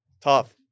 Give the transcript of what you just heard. tough